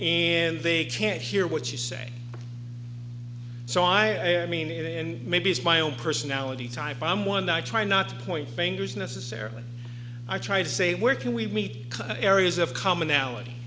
and they can't hear what she's saying so i am meaning to and maybe it's my own personality type i'm one i try not to point fingers necessarily i try to say where can we meet areas of commonality